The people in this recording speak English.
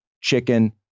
chicken